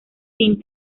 sin